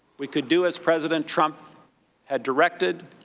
we could do as president trump had directed